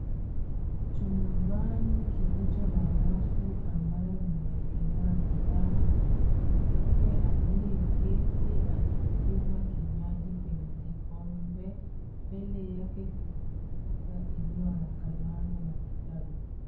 Chumbani kilicho na rafu ambayo imeekelewa bidhaa mwanamke aliyeketi akikunywa kinywaji kwenye kikombe mbele yake kuna meza iliyo na kalamu na kitabu.